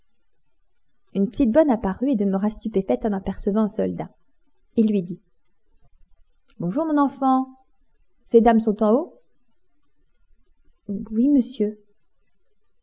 une petite bonne apparut et demeura stupéfaite en apercevant un soldat il lui dit bonjour mon enfant ces dames sont en haut oui monsieur